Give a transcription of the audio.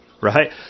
Right